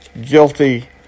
guilty